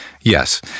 Yes